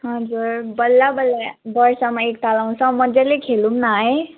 हजुर बल्ल बल्ल वर्षमा एक ताल आउँछ मज्जाले खेलौँ न है